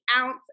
ounce